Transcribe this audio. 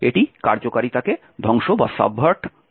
এটি কার্যকারিতাকে ধ্বংস করতে ব্যবহার করা যেতে পারে